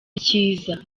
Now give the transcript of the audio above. icyiza